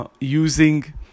Using